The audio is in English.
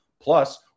Plus